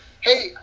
hey